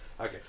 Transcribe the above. Okay